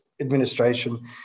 administration